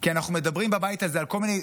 כי אנחנו מדברים בבית הזה על כל מיני,